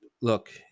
look